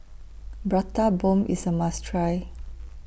Prata Bomb IS A must Try